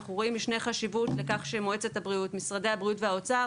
אנחנו רואים משנה חשיבות בכך שמועצת הבריאות ומשרדי הבריאות והאוצר